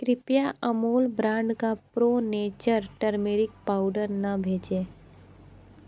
कृपया अमूल अमूल ब्रांड का pro nature turmeric powder ना भेजें